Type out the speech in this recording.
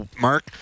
Mark